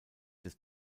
des